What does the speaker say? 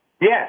Yes